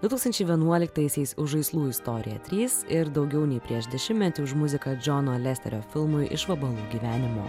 du tūkstančiai vienuolikaisiais o žaislų istoriją trys ir daugiau nei prieš dešimtmetį už muziką džono lesterio filmui iš vabalų gyvenimo